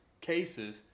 cases